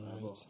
right